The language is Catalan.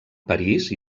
parís